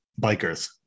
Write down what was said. bikers